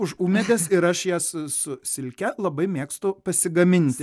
už ūmėdes ir aš jas su silke labai mėgstu pasigaminti